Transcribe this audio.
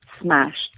smashed